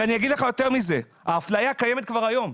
ואני אגיד לך יותר מזה ההפליה לרעת הלוחמים קיימת כבר היום,